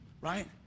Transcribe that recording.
right